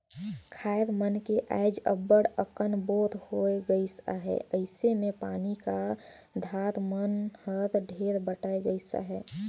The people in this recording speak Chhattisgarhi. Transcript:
खाएर मन मे आएज अब्बड़ अकन बोर होए गइस अहे अइसे मे पानी का धार मन हर ढेरे बटाए गइस अहे